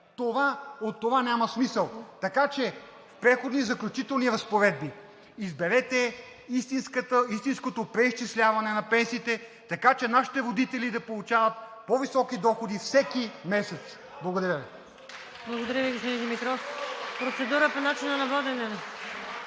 От това няма смисъл. В Преходни и заключителни разпоредби изберете истинското преизчисляване на пенсиите, така че нашите родители да получават по-високи доходи всеки месец. Благодаря Ви.